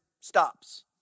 stops